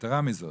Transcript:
יתירה מזאת,